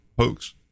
hoax